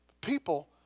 People